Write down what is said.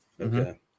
Okay